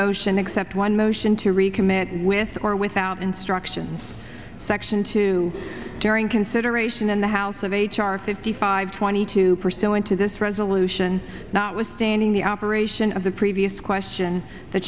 motion except one motion to recommit with or without instructions section two during consideration in the house of h r fifty five twenty two pursuant to this resolution not withstanding the operation of the previous question the